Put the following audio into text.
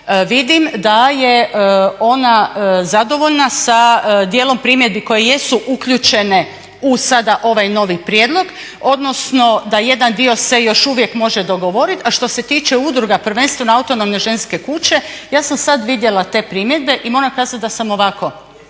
vidim da je ona zadovoljna sa dijelom primjedbi koje jesu uključene u sada ovaj novi prijedlog, odnosno da jedan dio se još uvijek može dogovoriti, a što se tiče udruga prvenstveno autonomne ženske kuće ja sam sad vidjela te primjedbe i moram kazati da sam ovako